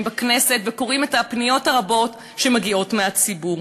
בכנסת וקוראים את הפניות הרבות שמגיעות מהציבור,